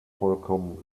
vollkommen